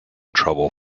trouble